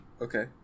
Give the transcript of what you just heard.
Okay